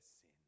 sin